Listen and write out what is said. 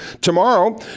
tomorrow